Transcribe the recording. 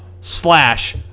slash